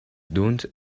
don’t